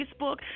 Facebook